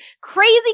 crazy